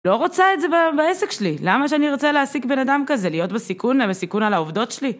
לא רוצה את זה בעסק שלי, למה שאני ארצה להעסיק בן אדם כזה, להיות בסיכון ובסיכון על העובדות שלי?